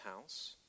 house